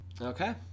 Okay